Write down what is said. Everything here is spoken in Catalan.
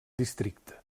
districte